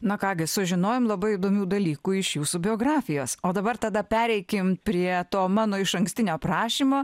na ką gi sužinojom labai įdomių dalykų iš jūsų biografijos o dabar tada pereikim prie to mano išankstinio prašymo